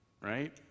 right